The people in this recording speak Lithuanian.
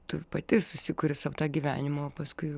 tu pati susikuri sau tą gyvenimą o paskui jau